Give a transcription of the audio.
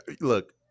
look